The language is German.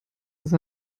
ist